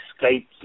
Skype